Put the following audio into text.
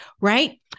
Right